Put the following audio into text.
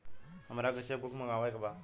हमारा के cheque book मगावे के बा?